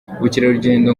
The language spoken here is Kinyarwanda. ubukerarugendo